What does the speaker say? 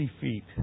feet